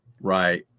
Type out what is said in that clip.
Right